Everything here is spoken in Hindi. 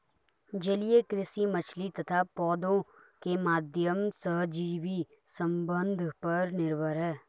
जलीय कृषि मछली तथा पौधों के माध्यम सहजीवी संबंध पर निर्भर है